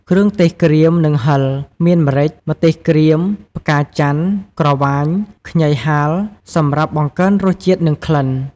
គ្រឿងទេសក្រៀម និងហឹរ មានម្រេច ម្ទេសក្រៀម ផ្កាច័ន្ទ ក្រវាញ ខ្ញីហាល សម្រាប់បង្កើនរសជាតិ និងក្លិន។